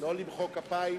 לא למחוא כפיים